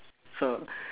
so